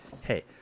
hey